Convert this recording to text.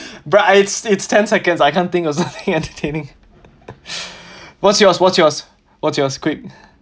but it's it's ten seconds I can't think of something entertaining what's yours what's yours what's yours quick